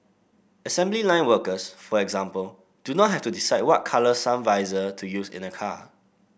assembly line workers for example do not have to decide what colour sun visor to use in a car